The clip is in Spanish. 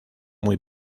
muy